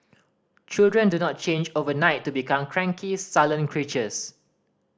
children do not change overnight to become cranky sullen creatures